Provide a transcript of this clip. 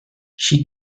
she